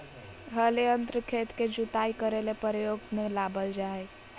हल यंत्र खेत के जुताई करे ले प्रयोग में लाबल जा हइ